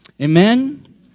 Amen